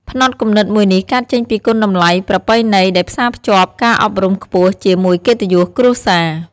ផ្នត់គំនិតមួយនេះកើតចេញពីគុណតម្លៃប្រពៃណីដែលផ្សាភ្ជាប់ការអប់រំខ្ពស់ជាមួយកិត្តិយសគ្រួសារ។